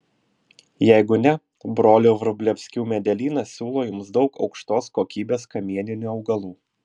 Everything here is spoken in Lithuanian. jeigu ne brolių vrublevskių medelynas siūlo jums daug aukštos kokybės kamieninių augalų